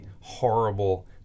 horrible